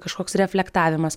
kažkoks reflektavimas